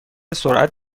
سرعت